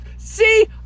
See